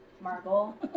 marble